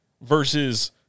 Versus